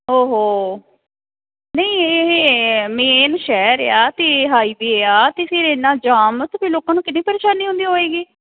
ਓ ਹੋ ਨਹੀਂ ਇਹ ਮੇਨ ਸ਼ਹਿਰ ਆ ਅਤੇ ਹਾਈਵੇਅ ਆ ਅਤੇ ਫਿਰ ਇੰਨਾ ਜਾਮ ਅਤੇ ਲੋਕਾਂ ਨੂੰ ਕਿੰਨੀ ਪ੍ਰੇਸ਼ਾਨੀ ਹੁੰਦੀ ਹੋਏਗੀ